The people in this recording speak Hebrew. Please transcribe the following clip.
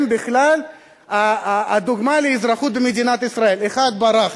הם בכלל הדוגמה לאזרחות במדינת ישראל: אחד ברח,